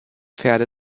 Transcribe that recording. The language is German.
pferde